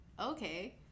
Okay